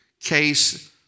case